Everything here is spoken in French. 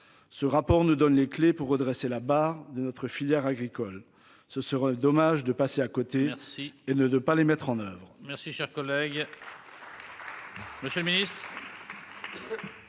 Ce rapport ne donne les clés pour redresser la barre de notre filière agricole. Ce serait dommage de passer à côté. Merci et ne de pas les mettre en oeuvre.